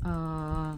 err